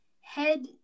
head